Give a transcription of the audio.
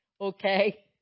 Okay